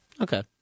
Okay